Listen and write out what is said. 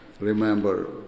remember